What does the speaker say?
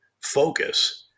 focus